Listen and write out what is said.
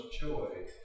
joy